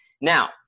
now